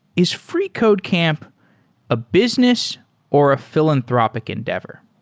is freecodecamp a business or a philanthropic endeavor?